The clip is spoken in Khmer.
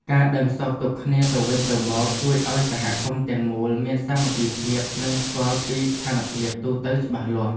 ការដឹងសុខទុក្ខគ្នាទៅវិញទៅមកជួយឱ្យសហគមន៍ទាំងមូលមានសាមគ្គីភាពនិងស្គាល់ពីស្ថានភាពទូទៅច្បាស់លាស់។